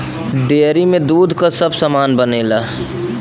dairy में दूध क सब सामान बनेला